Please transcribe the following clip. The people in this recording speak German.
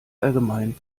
allgemein